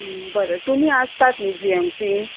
बरे तुमी आसतात न्हि जिएमसीन